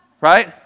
Right